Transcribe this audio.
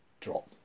drop